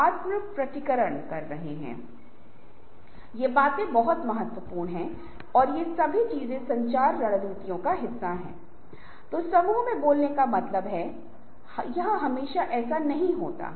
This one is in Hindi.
ये रुकावटें हैं और निष्क्रियता के समय हैं जबकि आपके पास कोई कार्य नहीं है और समय बहुत उपलब्ध है क्योंकि अवधारणा में हम हर समय कहते हैं समय कभी भी मौजूद है लेकिन कभी समाप्त नहीं होता है